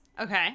Okay